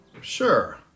Sure